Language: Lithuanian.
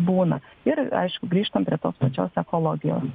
būna ir aišku grįžtam prie tos pačios ekologijos